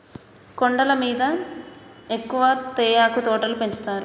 కొండల మీద ఎక్కువ తేయాకు తోటలు పెంచుతారు